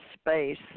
space